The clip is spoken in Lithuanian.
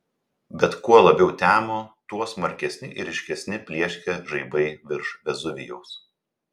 bet kuo labiau temo tuo smarkesni ir ryškesni plieskė žaibai virš vezuvijaus